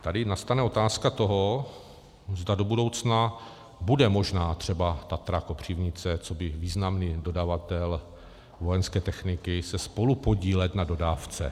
Tady nastane otázka toho, zda do budoucna se bude možná třeba Tatra Kopřivnice coby významný dodavatel vojenské techniky spolupodílet na dodávce.